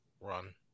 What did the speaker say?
run